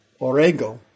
orego